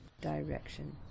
Direction